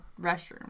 restroom